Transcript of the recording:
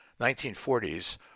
1940s